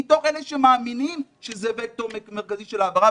מתוך אלה שמאמינים שזה וקטור מרכזי של העברה.